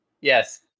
Yes